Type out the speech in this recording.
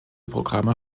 programme